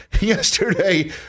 yesterday